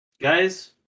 guys